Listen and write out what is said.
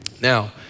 Now